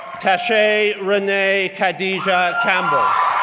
tashay renae kadieja campbell,